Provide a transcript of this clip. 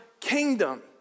kingdom